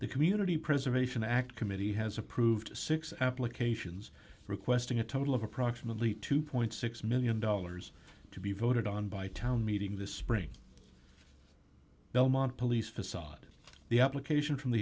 the community preservation act committee has approved six applications requesting a total of approximately two million six hundred thousand dollars to be voted on by town meeting this spring belmont police facade the application from the